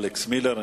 אלכס מילר.